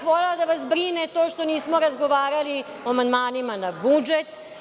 Volela bih da vas brine to što nismo razgovarali o amandmanima na budžet.